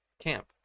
Camp